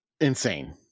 insane